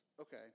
Okay